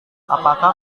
apakah